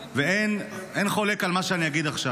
אין חולק על מה שאני אגיד עכשיו.